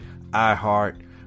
iHeart